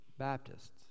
Baptists